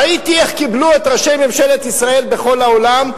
ראיתי איך קיבלו את ראשי ממשלת ישראל בכל העולם,